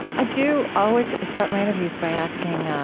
i do always start my interviews by asking,